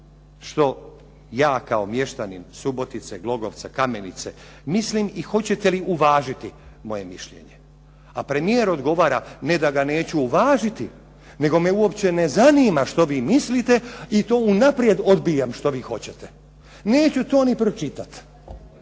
što ja kao mještanin Subotice, Glogovca, Kamenice mislim i hoćete li uvažiti moje mišljenje? A premijer odgovara ne da ga neću uvažiti, nego me uopće ne zanima što vi mislite i to unaprijed odbijam što vi hoćete. Neću to ni pročitati.